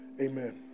amen